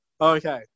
Okay